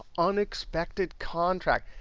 unexpected contract.